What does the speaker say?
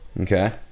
Okay